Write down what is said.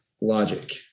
logic